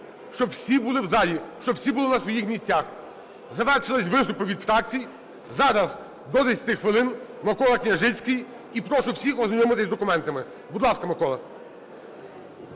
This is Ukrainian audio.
щоб всі були в залі, щоб всі були на своїх місцях. Завершилися виступи від фракцій, зараз до 10 хвилин – Микола Княжицький. І прошу всіх ознайомитись з документами. Будь ласка, Микола.